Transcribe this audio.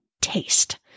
taste